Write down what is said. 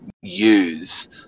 use